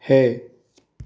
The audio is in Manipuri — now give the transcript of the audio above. ꯍꯦ